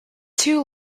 two